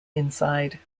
inside